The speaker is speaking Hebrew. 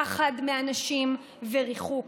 פחד מאנשים וריחוק.